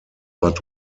but